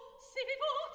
seville